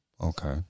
Okay